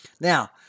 Now